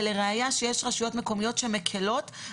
לראיה, יש רשויות מקומיות שמקלות.